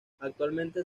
actualmente